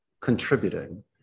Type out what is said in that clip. Contributing